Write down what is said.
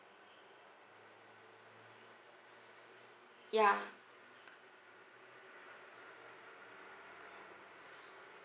ya